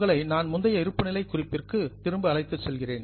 உங்களை நான் முந்தைய இருப்புநிலை குறிப்பிற்கு திரும்ப அழைத்துச் செல்கிறேன்